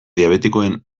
diabetikoen